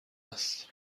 است